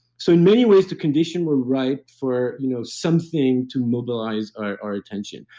so, in many ways the condition will right for you know something to mobilize our our attention.